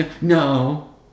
No